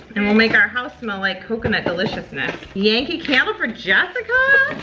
and we'll make our house smell like coconut deliciousness. yankee candle for jessica.